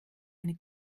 eine